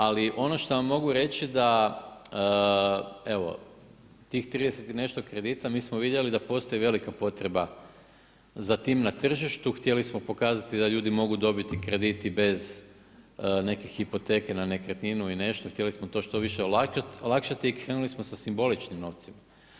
Ali ono što vam mogu reći da, evo tih 30 i nešto kredita mi smo vidjeli da postoji velika potreba za tim na tržištu, htjeli smo pokazati da ljudi mogu dobiti kredit i bez neke hipoteke na nekretninu i nešto, htjeli smo to što više olakšati i krenuli smo sa simboličnim novcima.